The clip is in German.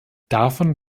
davon